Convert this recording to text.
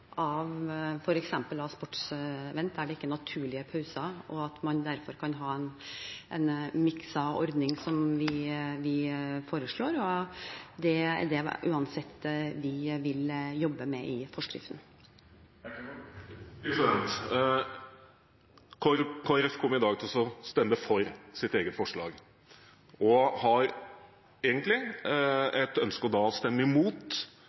naturlige pauser, og at man derfor kan ha en mikset ordning, som vi foreslår. Det er uansett det vi vil jobbe med i forskriften. Kristelig Folkeparti kommer i dag til å stemme for sitt eget forslag og har egentlig et ønske om å stemme imot